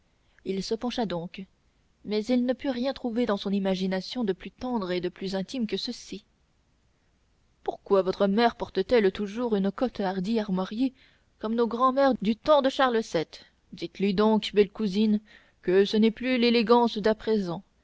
il se pencha donc mais il ne put rien trouver dans son imagination de plus tendre et de plus intime que ceci pourquoi votre mère porte-t-elle toujours une cotte hardie armoriée comme nos grand-mères du temps de charles vii dites-lui donc belle cousine que ce n'est plus l'élégance d'à présent